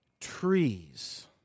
trees